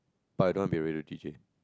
but I don't want to be a radio D_J